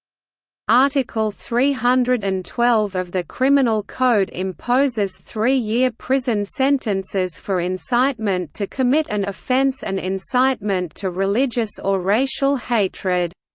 article three hundred and twelve of the criminal code imposes three-year prison sentences for incitement to commit an and offence and incitement to religious or racial hatred.